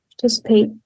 participate